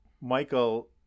Michael